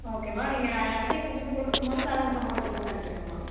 ஓகேம்மா நீங்கள் அரிசியை கொண்டு வந்து கொடுக்கும் போது பேலன்ஸ் அமௌண்கிட்ட கொடுத்தனுப்பிடுங்கம்மா